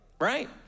right